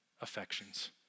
Affections